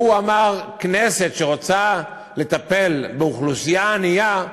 והוא אמר: כנסת שרוצה לטפל באוכלוסייה ענייה,